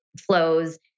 flows